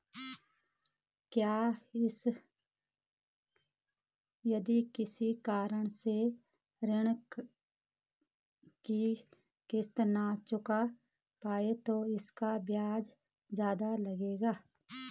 यदि किसी कारण से ऋण की किश्त न चुका पाये तो इसका ब्याज ज़्यादा लगेगा?